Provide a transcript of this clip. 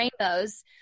rainbows